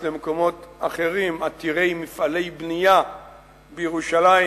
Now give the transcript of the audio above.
למקומות אחרים עתירי מפעלי בנייה בירושלים,